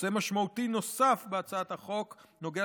נושא משמעותי נוסף בהצעת החוק נוגע